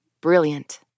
Brilliant